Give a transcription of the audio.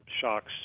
shocks